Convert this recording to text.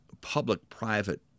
public-private